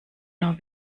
nur